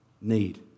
need